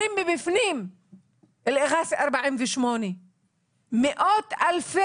שיעור יותר גבוה של משפחות יהודיות מעל לקו